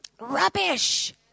Rubbish